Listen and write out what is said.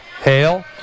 Hale